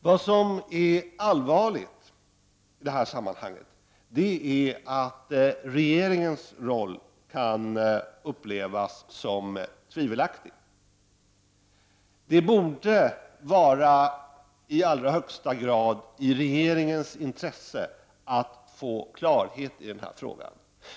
Vad som är allvarligt i detta sammanhang är att regeringens roll kan upple vas som tvivelaktig. Det borde i allra högsta grad vara i regeringens intresse att få klarhet i denna fråga.